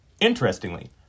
Interestingly